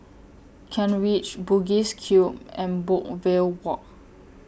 Kent Ridge Bugis Cube and Brookvale Walk